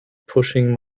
pushing